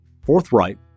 forthright